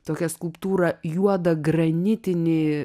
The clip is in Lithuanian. tokią skulptūrą juodą granitinį